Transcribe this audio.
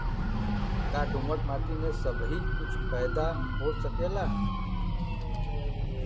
का दोमट माटी में सबही कुछ पैदा हो सकेला?